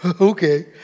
okay